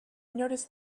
noticed